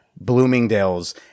Bloomingdale's